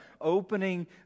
opening